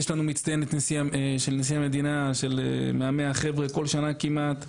יש לנו מצטיינת של נשיא המדינה מ-100 החבר'ה בכל שנה כמעט.